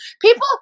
people